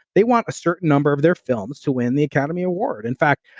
they want a certain number of their films to win the academy award in fact,